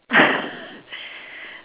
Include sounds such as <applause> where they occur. <laughs>